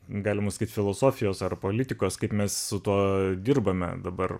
galima sakyt filosofijos ar politikos kaip mes su tuo dirbame dabar